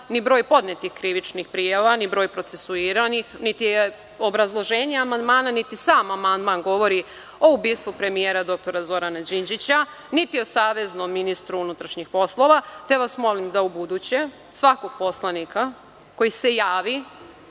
ni broj podnetih krivičnih prijava, ni broj procesuiranih, niti je obrazloženje amandmana, niti sam amandman govori o ubistvu premije dr Zorana Đinđića, niti o saveznom ministru unutrašnjih poslova, te vas molim da ubuduće svakog poslanika koji se javi